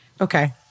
Okay